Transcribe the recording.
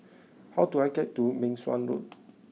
how do I get to Meng Suan Road